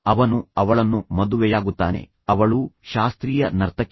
ಅವನು ಅವಳನ್ನು ಮದುವೆಯಾಗುತ್ತಾನೆ ಅವಳು ಶಾಸ್ತ್ರೀಯ ನರ್ತಕಿ